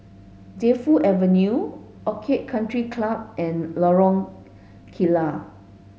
Defu Avenue Orchid Country Club and Lorong Kilat